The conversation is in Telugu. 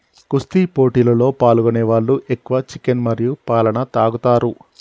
కుస్తీ పోటీలలో పాల్గొనే వాళ్ళు ఎక్కువ చికెన్ మరియు పాలన తాగుతారు